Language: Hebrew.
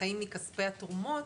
וחיים מכספי התרומות